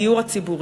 הדיור הציבורי,